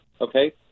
okay